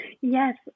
Yes